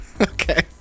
Okay